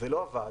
ולא עבד.